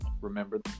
Remember